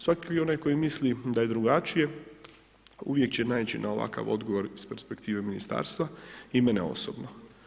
Svaki onaj tko misli da je drugačije, uvijek će naići na ovakav odgovor s perspektive ministarstva i mene osobno.